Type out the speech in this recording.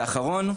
ואחרון,